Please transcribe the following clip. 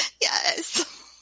Yes